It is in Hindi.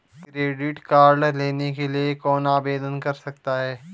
क्रेडिट कार्ड लेने के लिए कौन आवेदन कर सकता है?